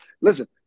listen